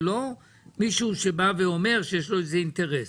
זה לא מישהו שבא ואומר שיש לו איזה אינטרס.